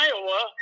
Iowa